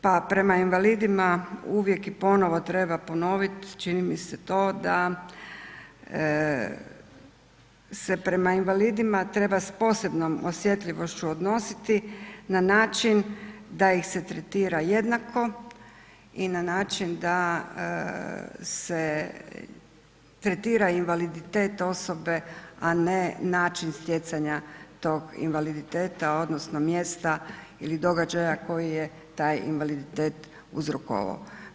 Pa prema invalidima uvijek i ponovo treba ponovit čini mi se to da se prema invalidima treba s posebnom osjetljivošću odnositi na način da ih se tretira jednako i na način da se tretira invaliditet osobe, a ne način stjecanja tog invaliditeta odnosno mjesta ili događaja koji je taj invaliditet uzrokovao.